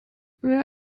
wer